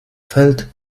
feld